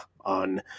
on